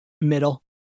middle